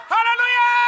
Hallelujah